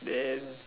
then